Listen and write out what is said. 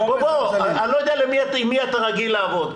אני לא יודע עם מי אתה רגיל לעבוד.